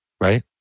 Right